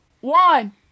One